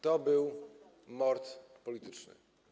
To był mord polityczny.